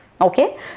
okay